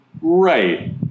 right